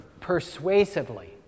persuasively